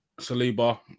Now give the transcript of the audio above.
Saliba